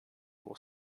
will